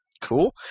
Cool